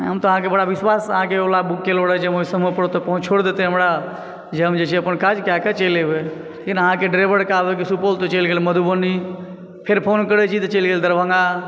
हम तऽ अहाँके बड़ा विश्वास से अहाँके ओला बुक केलौं र समय पर ओतऽ छोरि देते हमरा जे हम जे छै अपन काज कए कऽ चलि एबै लेकिन अहाँके ड्राइवर के आबय के सुपौल तऽ चलि गेल मधुबनी फेर फ़ोन करै छी तऽ चलि गेल दरभंगा